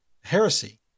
heresy